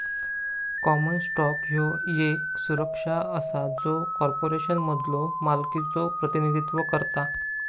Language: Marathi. कॉमन स्टॉक ह्यो येक सुरक्षा असा जो कॉर्पोरेशनमधलो मालकीचो प्रतिनिधित्व करता